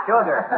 Sugar